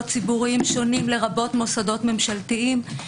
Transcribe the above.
ציבוריים שונים לרבות מוסדות ממשלתיים.